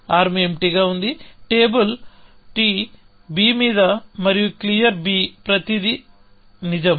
arm ఎంప్టీగా ఉంది table t b మీద మరియు క్లియర్ ప్రతిదీ నిజం